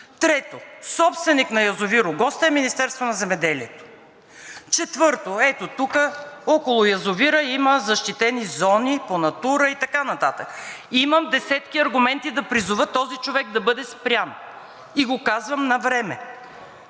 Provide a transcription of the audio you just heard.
Трето, собственик на язовир „Огоста“ е Министерството на земеделието. Четвърто, ето тук (показва) около язовира има защитени зони по Натура и така нататък. Имам десетки аргументи да призова този човек да бъде спрян и го казвам навреме.